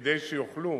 כדי שיוכלו